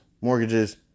mortgages